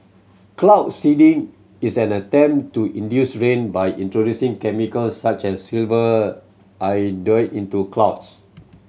cloud seeding is an attempt to induce rain by introducing chemicals such as silver iodide into clouds